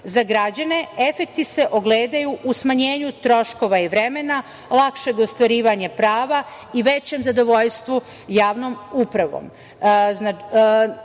građane efekti se ogledaju u smanjenju troškova i vremena, lakšeg ostvarivanja prava i većem zadovoljstvu javnom upravom. Građani